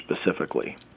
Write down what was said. specifically